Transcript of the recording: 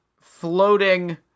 floating